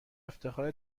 افتخار